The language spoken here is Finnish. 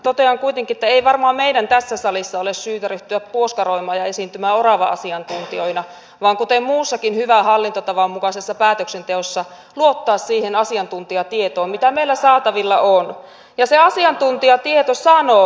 totean kuitenkin että ei varmaan meidän tässä salissa ole syytä ryhtyä puoskaroimaan ja esiintymään orava asiantuntijoina vaan kuten muussakin hyvän hallintotavan mukaisessa päätöksenteossa luottaa siihen asiantuntijatietoon mitä meillä saatavilla on ja se asiantuntijatieto sanoo